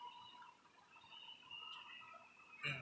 mm